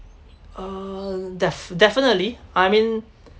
um def~ definitely I mean